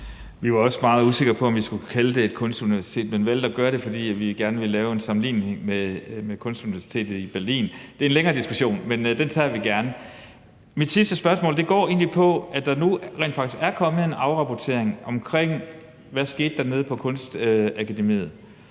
Vi var også meget usikre på, om vi skulle kalde det et kunstuniversitet, men valgte at gøre det, fordi vi gerne ville lave noget, der var sammenligneligt med kunstuniversitetet i Berlin. Det er en længere diskussion, men den tager vi gerne. Mit sidste spørgsmål går på, at der nu rent faktisk er kommet en afrapportering om, hvad der skete på Kunstakademiet.